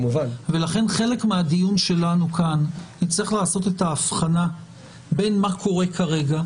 לכן חלק מהדיון שלנו כאן יצטרך לעשות את ההבחנה בין מה קורה כרגע,